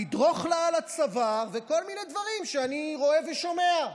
לדרוך לה על הצוואר וכל מיני דברים שאני רואה ושומע.